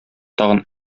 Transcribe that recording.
тагын